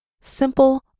Simple